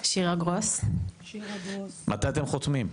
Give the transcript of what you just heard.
מתי אתם חותמים?